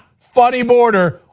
funny border,